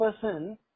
person